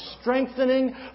strengthening